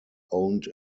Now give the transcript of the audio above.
owned